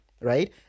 right